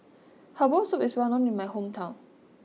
Herbal Soup is well known in my hometown